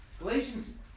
Galatians